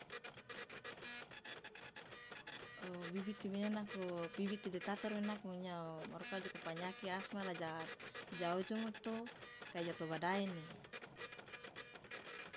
obibiti mena nako bibiti de tatoro mena nako maruka jo popanyake asma la ja ojomo to kaija toba daene.